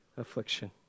affliction